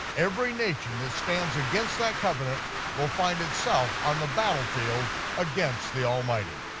every nation that stands against that covenant will find itself on the battlefield against the almighty.